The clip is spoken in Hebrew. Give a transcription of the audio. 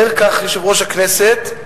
אומר כך יושב-ראש הכנסת,